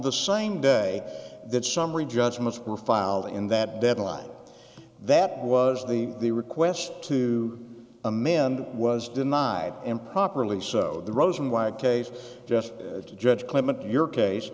the same day that summary judgment were filed in that deadline that was the the request to amend was denied improperly so the rosen wire case just to judge clement your case